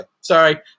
sorry